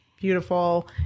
Beautiful